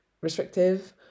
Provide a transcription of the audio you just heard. restrictive